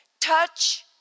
Touch